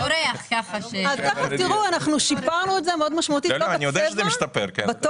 אנחנו שיפרנו את זה מאוד משמעותית וזה עובד.